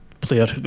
player